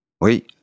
Oui